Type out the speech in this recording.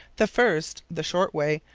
the first, the short way,